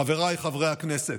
חבריי חברי הכנסת,